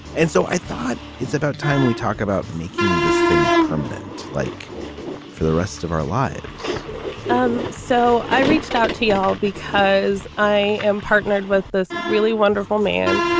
and so i thought it's about time we talk about making this thing permanent, like for the rest of our lives um so i reached out to you all because i am partnered with this really wonderful man.